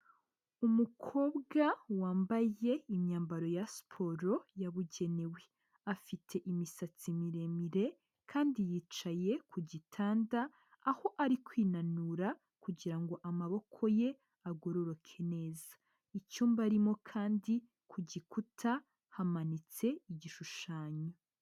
Umukobwa wambaye imyambaro ya siporo yabugenewe. Afite imisatsi miremire ,kandi yicaye ku gitanda, aho ari kwinanura kugira ngo amaboko ye agororoke neza. Icyumba arimo kandi, ku gikuta hamanitse igishushanyo.